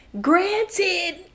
granted